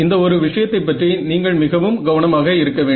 இந்த ஒரு விஷயத்தைப் பற்றி நீங்கள் மிகவும் கவனமாக இருக்க வேண்டும்